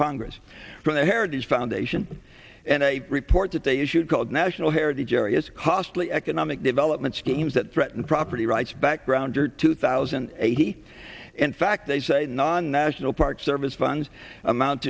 congress from the heritage foundation and a report that they issued called national heritage areas costly economic development schemes that threaten property rights backgrounder two thousand and eighty in fact they say non national park service funds amount